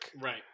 Right